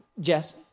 Jess